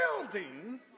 building